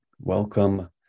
welcome